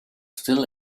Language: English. still